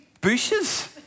bushes